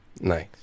Nice